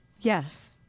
Yes